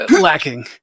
lacking